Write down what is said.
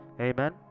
amen